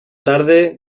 tarde